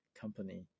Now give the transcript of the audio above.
company